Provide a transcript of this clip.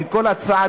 עם כל הצעדים,